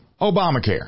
Obamacare